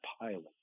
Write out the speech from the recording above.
pilot